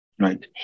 right